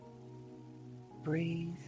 Breathe